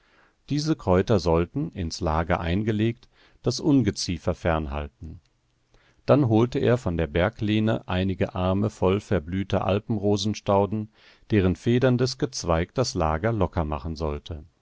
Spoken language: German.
diese kräuter sollten ins lager eingelegt das ungeziefer fernhalten dann holte er von der berglehne einige arme voll verblühter alpenrosenstauden deren federndes gezweig das lager locker machen sollte